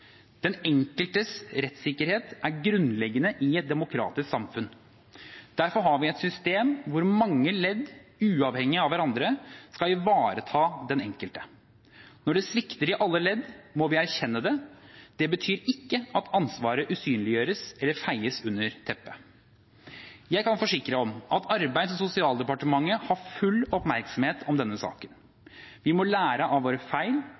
Den enkeltes rettssikkerhet er grunnleggende i et demokratisk samfunn. Derfor har vi et system hvor mange ledd, uavhengig av hverandre, skal ivareta den enkelte. Når det svikter i alle ledd, må vi erkjenne det. Det betyr ikke at ansvaret usynliggjøres eller feies under teppet. Jeg kan forsikre om at Arbeids- og sosialdepartementet har full oppmerksomhet om denne saken. Vi må lære av våre feil,